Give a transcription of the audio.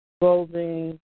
clothing